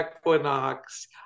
equinox